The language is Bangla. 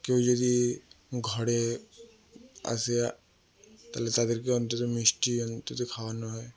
কেউ যদি ঘরে আসে তাহলে তাদেরকে অন্তত মিষ্টি অন্তত খাওয়ানো হয়